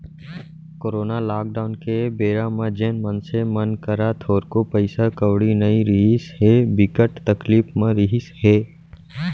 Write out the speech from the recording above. corona lockdown के बेरा म जेन मनसे मन करा थोरको पइसा कउड़ी नइ रिहिस हे, बिकट तकलीफ म रिहिस हे